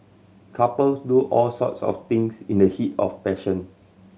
couples do all sorts of things in the heat of passion